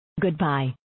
Goodbye